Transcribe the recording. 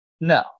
No